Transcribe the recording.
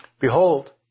Behold